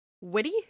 witty